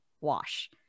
wash